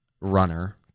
runner